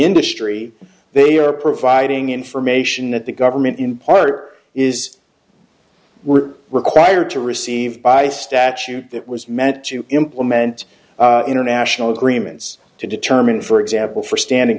industry they are providing information that the government in part is we're required to receive by statute that was meant to implement international agreements to determine for example for standing